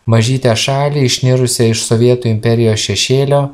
mažytę šalį išnirusią iš sovietų imperijos šešėlio